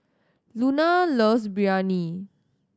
Luna loves Biryani